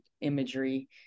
imagery